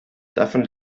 davon